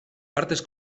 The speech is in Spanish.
partes